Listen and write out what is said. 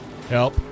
help